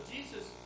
Jesus